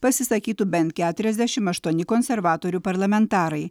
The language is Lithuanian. pasisakytų bent keturiasdešim aštuoni konservatorių parlamentarai